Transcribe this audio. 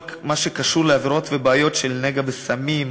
מה שקשור לעבירות ובעיות של נגע הסמים,